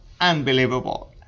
unbelievable